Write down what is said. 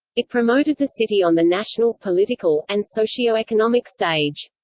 it promoted the city on the national, political, and socioeconomic stage.